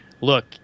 look